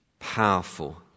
Powerful